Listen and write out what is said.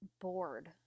bored